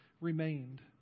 remained